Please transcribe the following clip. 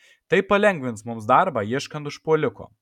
tai palengvins mums darbą ieškant užpuoliko